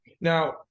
Now